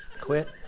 quit